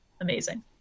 amazing